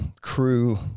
crew